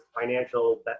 financial